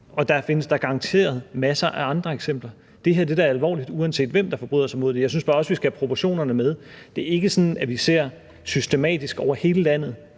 der findes da garanteret masser af andre eksempler. Det her er da alvorligt, uanset hvem der forbryder sig mod det. Jeg synes bare også, at vi skal have proportionerne med. Det er ikke sådan, at vi systematisk over hele landet